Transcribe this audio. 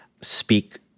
speak